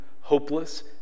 hopeless